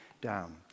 down